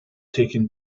taken